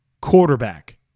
quarterback